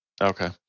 Okay